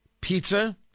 Pizza